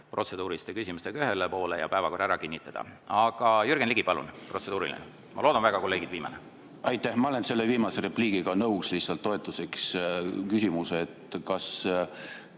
protseduuriliste küsimustega ühele poole ja päevakorra ära kinnitada. Aga, Jürgen Ligi, palun, protseduuriline! Ma loodan väga, kolleegid, et see on viimane. Aitäh! Ma olen selle viimase repliigiga nõus, lihtsalt toetuseks küsin, et kas